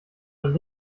und